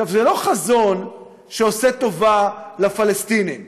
זה לא חזון שעושה טובה לפלסטינים,